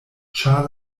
ĉar